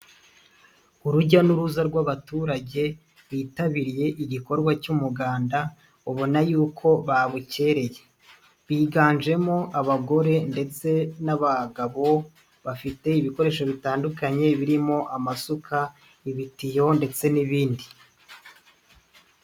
Urujya n'uruza rw'abaturage bitabiriye igikorwa cy'umuganda ubona y'uko babukereye biganjemo abagore ndetse n'abagabo bafite ibikoresho bitandukanye birimo amasuka, ibitiyo ndetse n'ibindi.